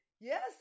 Yes